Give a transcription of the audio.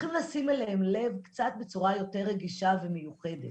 צריכים לשים אליהן לב קצת בצורה יותר רגישה ומיוחדת